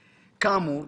כאמור,